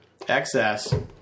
XS